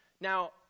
Now